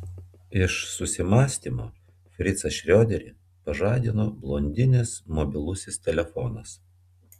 iš susimąstymo fricą šrioderį pažadino blondinės mobilusis telefonas